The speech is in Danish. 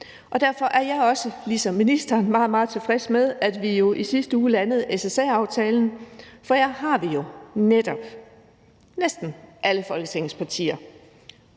Derfor er jeg også ligesom ministeren meget, meget tilfreds med, at vi jo i sidste uge landede SSA-aftalen, for her er alle Folketingets partier